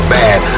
bad